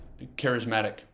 charismatic